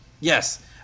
Yes